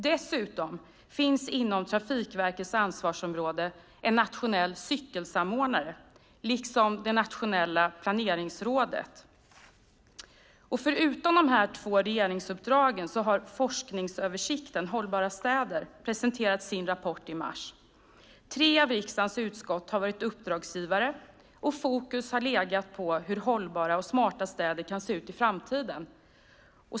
Dessutom finns inom Trafikverkets ansvarsområde en nationell cykelsamordnare liksom det nationella planeringsrådet. Förutom dessa två regeringsuppdrag har forskningsöversikten Hållbara städer presenterat sin rapport i mars. Tre av riksdagens utskott har varit uppdragsgivare och fokus har legat på hur hållbara och smarta städer kan se ut i framtiden.